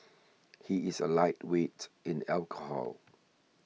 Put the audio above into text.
he is a lightweight in alcohol